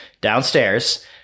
downstairs